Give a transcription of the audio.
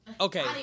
okay